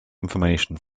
information